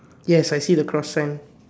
yes I see the cross sign